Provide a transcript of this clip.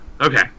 Okay